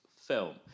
film